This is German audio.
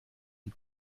die